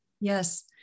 Yes